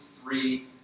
three